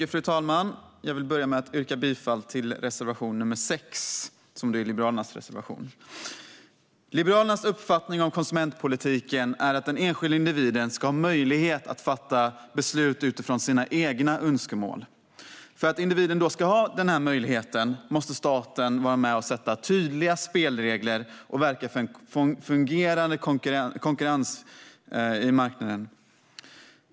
Fru talman! Jag vill börja med att yrka bifall till Liberalernas reservation nr 6. Liberalernas uppfattning om konsumentpolitiken är att den enskilda individen ska ha möjlighet att fatta beslut utifrån de egna önskemålen. För att individen ska ha möjlighet till detta måste staten vara med och sätta tydliga spelregler och verka för en fungerande konkurrens på marknaden.